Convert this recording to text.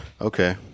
Okay